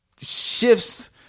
shifts